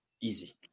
Easy